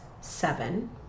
seven